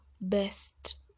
best